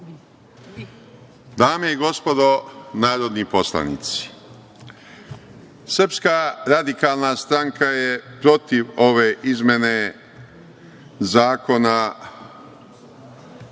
Dame i gospodo narodni poslanici, Srpska radikalna stranka je protiv ove izmene Zakona